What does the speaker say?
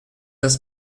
das